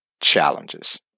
challenges